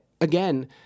again